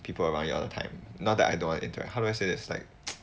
people around you all the time not that I don't want to interact how do I say this like